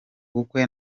bukwe